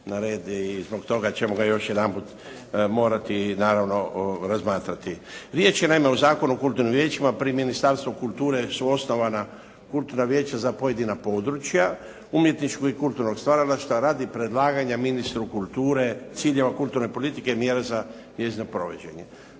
i zbog toga ćemo ga još jedanput morati naravno razmatrati. Riječ je naime o Zakonu o kulturnim vijećima. Pri Ministarstvu kulture su osnovana kulturna vijeća za pojedina područja umjetničkog i kulturnog stvaralaštva radi predlaganja ministru kulture ciljeva kulturne politike i mjera za njezino provođenje.